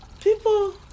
People